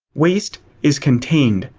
waste is contained.